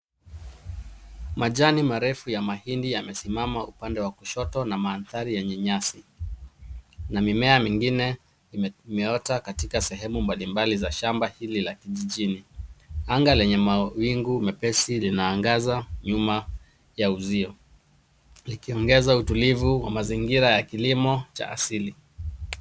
Majani marefu ya mahindi yamesimama upande wa kushoto na mandhari yenye nyasi na mimea mingine imeota katika sehemu mbalimbali za shamba hili la kijijini. Anga lenye mawingu mepesi linaangaza nyuma ya uzio likiongeza utulivu wa mazingira ya kilimo cha asili.